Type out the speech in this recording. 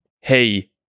hey